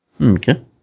Okay